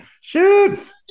Shoots